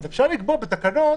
אפשר לקבוע בתקנות